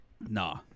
Nah